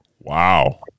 Wow